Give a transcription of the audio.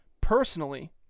personally –